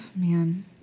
man